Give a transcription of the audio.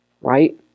right